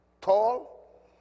tall